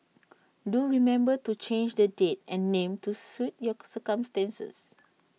do remember to change the date and name to suit your circumstances